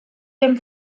dem